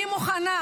אני מוכנה,